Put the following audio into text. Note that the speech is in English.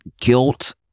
guilt